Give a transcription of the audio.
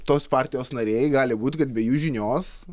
tos partijos nariai gali būti kad be jų žinios